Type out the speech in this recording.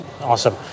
Awesome